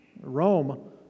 Rome